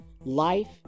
Life